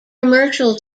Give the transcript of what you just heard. commercial